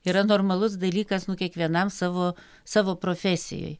yra normalus dalykas nu kiekvienam savo savo profesijoj